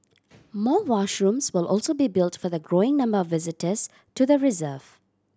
more washrooms will also be built for the growing number of visitors to the reserve